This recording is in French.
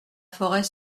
forêt